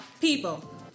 people